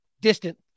distant